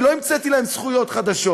אני לא המצאתי להן זכויות חדשות,